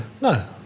No